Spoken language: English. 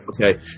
Okay